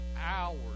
hours